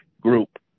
Group